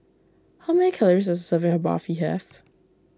how many calories does a serving of Barfi have